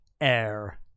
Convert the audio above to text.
Air